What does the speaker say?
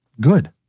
good